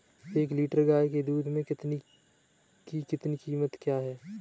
एक लीटर गाय के दूध की कीमत क्या है?